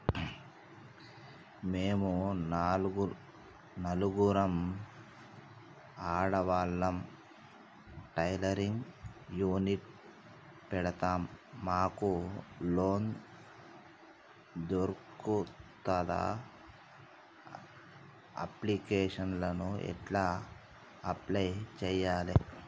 మేము నలుగురం ఆడవాళ్ళం టైలరింగ్ యూనిట్ పెడతం మాకు లోన్ దొర్కుతదా? అప్లికేషన్లను ఎట్ల అప్లయ్ చేయాలే?